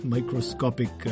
Microscopic